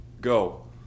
Go